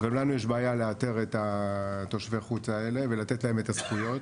גם לנו יש בעיה לאתר את תושבי החוץ האלה ולתת להם את הזכויות.